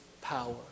power